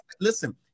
listen